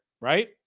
right